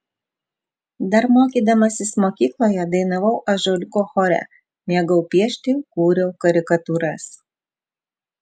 dar mokydamasis mokykloje dainavau ąžuoliuko chore mėgau piešti kūriau karikatūras